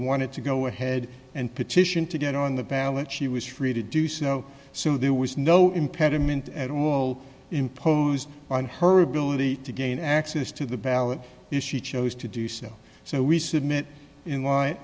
wanted to go ahead and petition to get on the ballot she was free to do so so there was no impediment at all imposed on her ability to gain access to the ballot issue chose to do so so we submit in